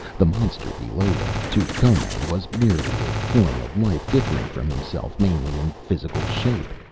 the monster below them, to conan, was merely a form of life differing from himself mainly in physical shape.